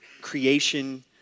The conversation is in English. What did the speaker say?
creation